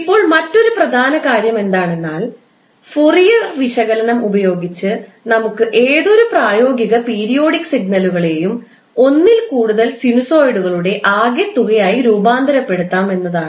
ഇപ്പോൾ മറ്റൊരു പ്രധാന കാര്യം എന്താണെന്നാൽ ഫുറിയേ വിശകലനം ഉപയോഗിച്ച് നമുക്ക് ഏതൊരു പ്രായോഗിക പീരിയോഡിക് സിഗ്നലുകളെയും ഒന്നിൽ കൂടുതൽ സിനുസോയിഡുകളുടെ ആകെത്തുകയായി രൂപാന്തരപ്പെടുത്താം എന്നതാണ്